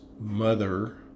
mother